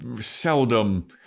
seldom